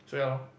so ya lor